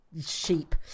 sheep